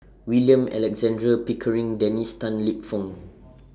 William Alexander Pickering Dennis Tan Lip Fong